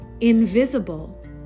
invisible